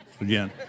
again